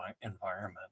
environment